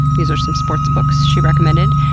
these are some sports books she recommended.